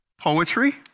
poetry